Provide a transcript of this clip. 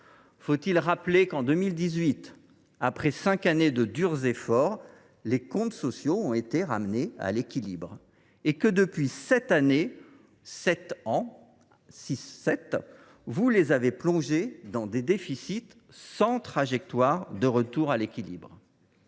faut il le rappeler également ?–, après cinq années de durs efforts, les comptes sociaux avaient été ramenés à l’équilibre. Ensuite, depuis sept ans, vous les avez plongés dans des déficits sans trajectoire de retour à l’équilibre